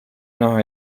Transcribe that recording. näha